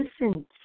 listen